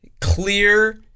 clear